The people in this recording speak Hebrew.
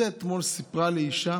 את זה אתמול סיפרה לי אישה